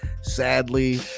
sadly